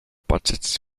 budgets